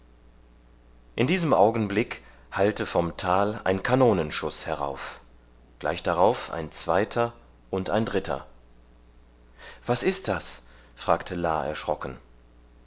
in diesem augenblick hallte vom tal ein kanonenschuß herauf gleich darauf ein zweiter und dritter was ist das fragte la erschrocken